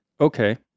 Okay